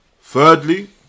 Thirdly